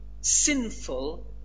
sinful